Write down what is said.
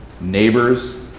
neighbors